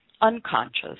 unconscious